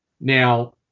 Now